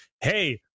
Hey